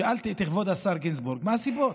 שאלתי את כבוד השר גינזבורג מה הסיבות.